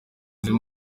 izo